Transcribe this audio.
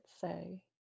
say